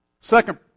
Second